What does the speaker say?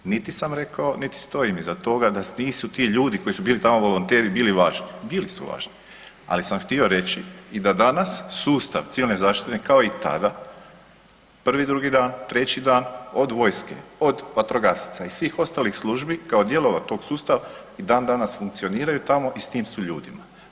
Niti sam rekao niti stojim iza toga da nisu ti ljudi koji su bili tamo volonteri bili važni, bili su važni, ali sam htio reći i da danas sustav civilne zaštite kao i tada prvi, drugi dan, treći dan od vojske, od vatrogasaca i svih ostalih službi kao dijelova tog sustava i dan danas funkcioniraju tamo i s tim su ljudima.